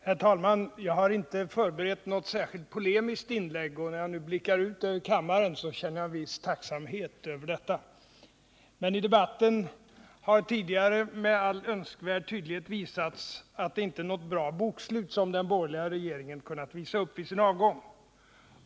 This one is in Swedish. Herr talman! Jag har inte förberett något särskilt polemiskt inlägg, och när jag nu blickar ut över kammaren känner jag en viss tacksamhet över detta. Men i debatten tidigare har med all önskvärd tydlighet visats, att det inte är något bra bokslut som den borgerliga regeringen kunnat visa upp vid sin avgång.